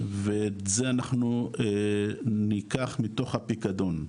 ואת זה אנחנו ניקח מתוך הפיקדון.